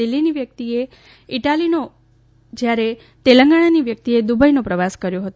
દિલ્હીની વ્યક્તિએ ઇટાલીનો જયારે તેલંગાણાની વ્યક્તિએ દુબઇનો પ્રવાસ કર્યો હતો